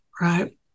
right